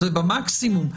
זה במקסימום.